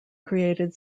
created